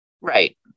Right